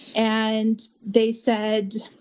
and they said,